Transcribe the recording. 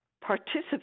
participate